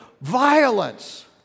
violence